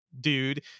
dude